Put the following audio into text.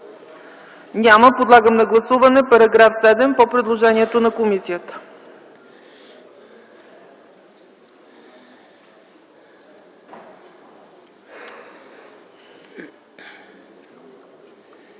Няма. Подлагам на гласуване § 7 по предложението на комисията.